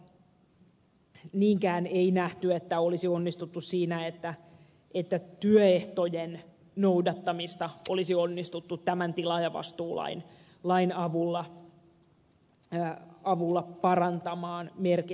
sitten taas niinkään ei nähty että olisi onnistuttu siinä että työehtojen noudattamista olisi onnistuttu tämän tilaajavastuulain avulla parantamaan merkittävästi